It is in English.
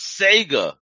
Sega